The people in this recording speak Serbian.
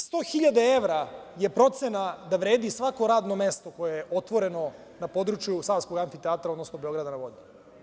Sto hiljada evra je procena da vredi svako radno mesto koje je otvoreno na području savskog amfiteatra, odnosno „Beograda na vodi“